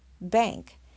BANK